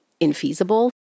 infeasible